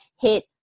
hit